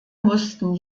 mussten